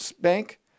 Bank